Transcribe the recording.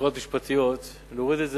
בערכאות משפטיות, אני מציע להוריד את זה